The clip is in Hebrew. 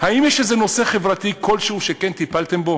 האם יש איזה נושא חברתי, כלשהו, שכן טיפלתם בו,